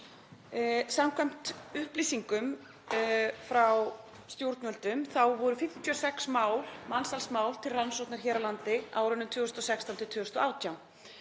Samkvæmt upplýsingum frá stjórnvöldum voru 56 mansalsmál til rannsóknar hér á landi á árunum 2016–2018.